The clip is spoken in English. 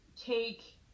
take